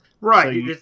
Right